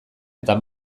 eta